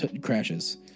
crashes